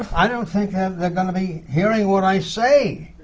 i don't think they're going to be hearing what i say.